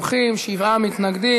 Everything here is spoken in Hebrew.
39 תומכים, שבעה מתנגדים.